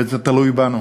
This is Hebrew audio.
והוא תלוי בנו.